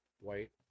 white